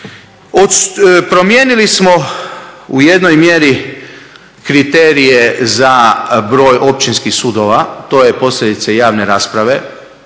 Promijenili smo u jednoj mjeri kriterije za broj općinskih sudova. To je posljedica javne rasprave